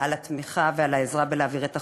על התמיכה ועל העזרה להעביר את החוק.